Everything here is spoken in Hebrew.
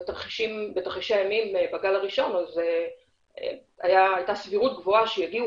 בתרחישי האימים בגל הראשון הייתה סבירות גבוהה שיגיעו